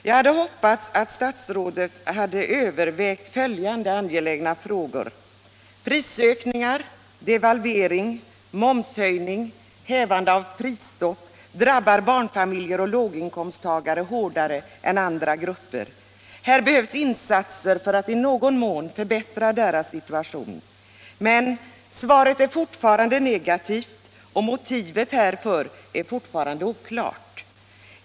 Jag hade hoppats att statsrådet skulle ha övervägt följande angelägna frågor: prisökningar, devalvering, momshöjning och hävande av prisstoppet, vilket allt drabbar barnfamiljer och låginkomsttagare hårdare än andra grupper. Här behövs insatser för att i någon mån förbättra deras situation. Men svaret är fortfarande negativt, och motivet härför är fortfarande oklart.